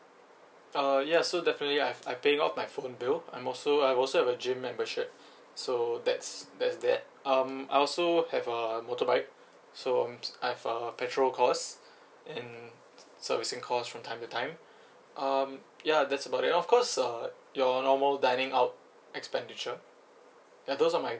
uh ya so definitely I've I'm paying off my phone bill I'm also I also have a gym membership so that's that's that um I also have a motorbike so um I have uh petrol cost and servicing cost from time to time um ya that's about it of course uh your normal dining out expenditure ya those are my